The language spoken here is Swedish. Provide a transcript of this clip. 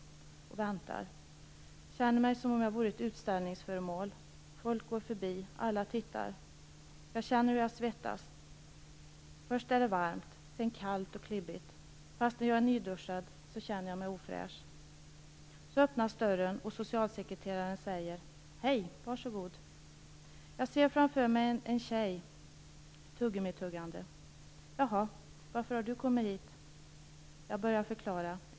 Väntar. Känner mig som om jag vore ett utställningsföremål. Folk går förbi. Alla tittar. Jag känner hur jag svettas. Först är det varmt, sedan kallt och klibbigt. Fastän jag är nyduschad känner jag mig ofräsch. Så öppnas dörren och socialsekretaren säger: - Hej, varsågod! Jag ser framför mig en tjej, tuggummituggande. - Jaha, varför har du kommit hit? Jag börjar förklara.